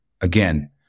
again